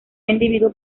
individuo